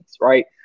right